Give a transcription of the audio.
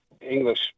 English